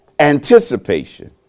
Anticipation